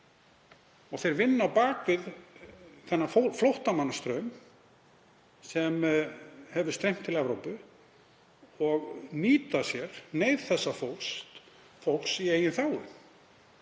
Þeir vinna á bak við þennan flóttamannastraum sem hefur streymt til Evrópu og nýta sér neyð þessa fólks í eigin þágu